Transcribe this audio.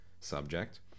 subject